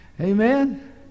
Amen